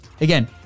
again